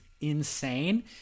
insane